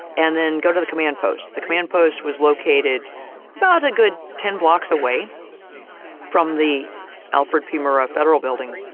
and then go to the command posts. the command post was located about a good ten blocks away from the alfred p. murrah federal building.